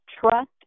trust